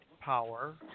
Power